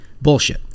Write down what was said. Bullshit